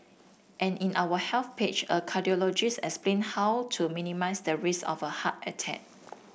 and in our health page a cardiologist explain how to minimise the risk of a heart attack